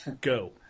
Go